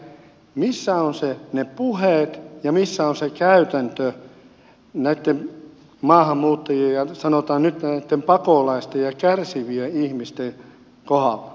elikkä missä ovat ne puheet ja missä on se käytäntö näitten maahanmuuttajien ja sanotaan nyt pakolaisten ja kärsivien ihmisten kohdalla